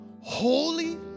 holy